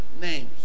names